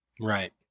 right